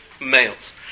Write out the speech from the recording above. males